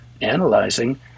analyzing